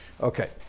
Okay